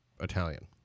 Italian